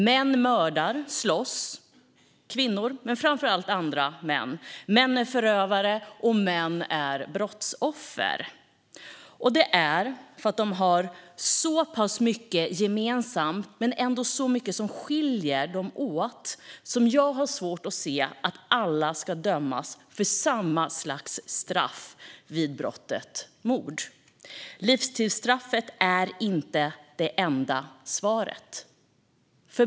Män mördar och slår kvinnor men framför allt andra män. Män är förövare, och män är brottsoffer. Det är för att gärningsmännen har så pass mycket gemensamt men ändå så pass mycket som skiljer dem åt som jag har svårt att se att alla ska dömas till samma slags straff vid brottet mord. Livstidsstraffet är inte det enda svaret.